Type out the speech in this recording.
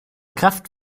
kraft